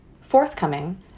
Forthcoming